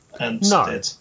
no